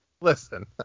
listen